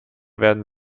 werden